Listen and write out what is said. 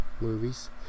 movies